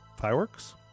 fireworks